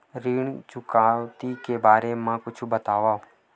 ऋण चुकौती के बारे मा कुछु बतावव?